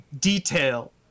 detail